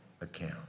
account